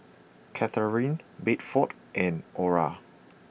Catharine Bedford and Ora